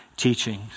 Teachings